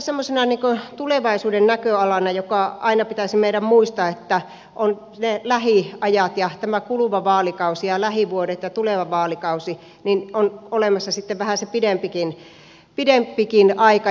sitten ehkä semmoisena tulevaisuuden näköalana aina pitäisi meidän muistaa että on ne lähiajat ja tämä kuluva vaalikausi ja lähivuodet ja tuleva vaalikausi ja on olemassa sitten vähän se pidempikin aikajänne